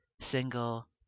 single